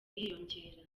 yiyongera